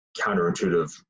counterintuitive